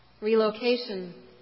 relocation